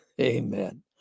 Amen